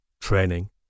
Training